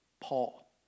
Paul